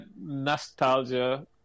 nostalgia